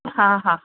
हा हा